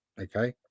okay